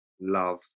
love